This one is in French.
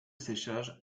séchage